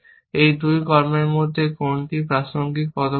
এই দুটি কর্মের মধ্যে কোনটি একটি প্রাসঙ্গিক পদক্ষেপ